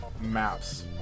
maps